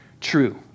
true